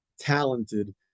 talented